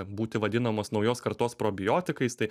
būti vadinamos naujos kartos probiotikais tai